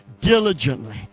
diligently